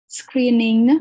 screening